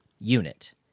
unit